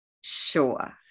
Sure